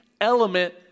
element